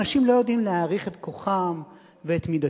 אנשים לא יודעים להעריך את כוחם ואת מידתם.